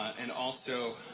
and also